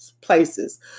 places